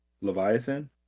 Leviathan